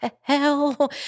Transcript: hell